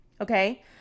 Okay